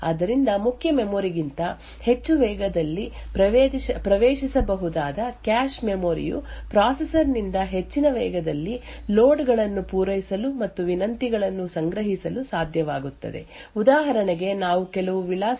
ಆದ್ದರಿಂದ ಮುಖ್ಯ ಮೆಮೊರಿ ಗಿಂತ ಹೆಚ್ಚು ವೇಗದಲ್ಲಿ ಪ್ರವೇಶಿಸಬಹುದಾದ ಕ್ಯಾಶ್ ಮೆಮೊರಿ ಯು ಪ್ರೊಸೆಸರ್ ನಿಂದ ಹೆಚ್ಚಿನ ವೇಗದಲ್ಲಿ ಲೋಡ್ ಗಳನ್ನು ಪೂರೈಸಲು ಮತ್ತು ವಿನಂತಿಗಳನ್ನು ಸಂಗ್ರಹಿಸಲು ಸಾಧ್ಯವಾಗುತ್ತದೆ ಉದಾಹರಣೆಗೆ ನಾವು ಕೆಲವು ವಿಳಾಸದಿಂದ ನೋಂದಾಯಿಸಲು ಲೋಡ್ ಮಾಡಲು ಲೋಡ್ ಸೂಚನೆಯನ್ನು ಹೊಂದಿದ್ದೇವೆ